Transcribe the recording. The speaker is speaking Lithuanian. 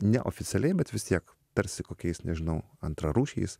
neoficialiai bet vis tiek tarsi kokiais nežinau antrarūšiais